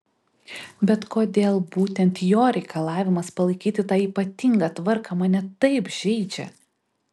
bet kodėl būtent jo reikalavimas palaikyti tą ypatingą tvarką mane taip žeidžia